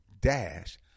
dash